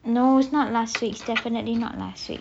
no not last week's definitely not last week